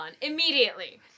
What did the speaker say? immediately